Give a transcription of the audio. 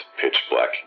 pitch-black